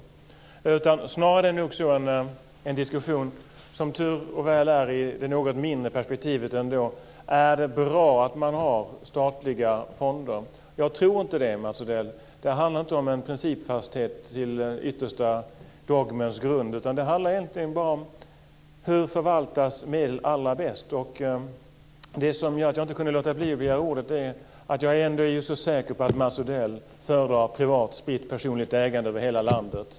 Det är nog snarare en diskussion i det något mindre perspektivet, som tur är. Är det bra att man har statliga fonder? Jag tror inte det, Mats Odell. Det handlar inte om en principfasthet till yttersta dogmens grund. Det handlar helt enkelt om hur medel förvaltas allra bäst. Det som gjorde att jag inte kunde låta bli att begära ordet var att jag ändå är så säker på att Mats Odell föredrar privat personligt ägande spritt över hela landet.